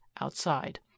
outside